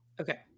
Okay